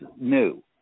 new